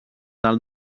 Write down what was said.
del